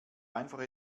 einfach